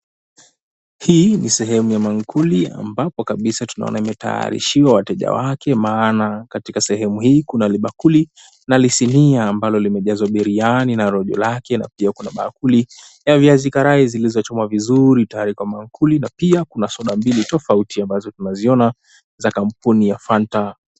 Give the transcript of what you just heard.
Hii ni sehemu ya maankuli ambapo kabisa tunaona imetaarishiwa wateja wake maana katika sehemu hii kuna libakuli na lisinia ambalo limejazwa biriani na rojo lake na pia kuna maankuli ya viazi karai zilizochomwa vizuri tayari kwa maankuli na pia kuna soda mbili tofauti ambazo tunaziona za kampuni ya Fanta.